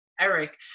Eric